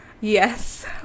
yes